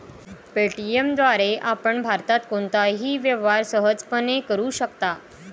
Paytm द्वारे आपण भारतात कोणताही व्यवहार सहजपणे करू शकता